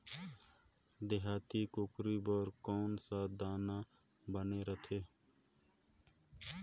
देहाती कुकरी बर कौन सा दाना बने रथे?